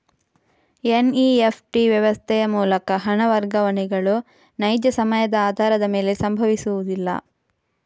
NEFT ವ್ಯವಸ್ಥೆಯ ಮೂಲಕ ಹಣ ವರ್ಗಾವಣೆಗಳು ನೈಜ ಸಮಯದ ಆಧಾರದ ಮೇಲೆ ಸಂಭವಿಸುವುದಿಲ್ಲ